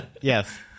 Yes